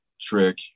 Trick